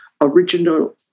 original